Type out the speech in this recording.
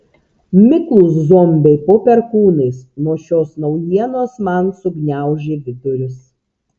miklūs zombiai po perkūnais nuo šios naujienos man sugniaužė vidurius